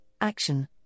action